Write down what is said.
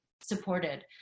supported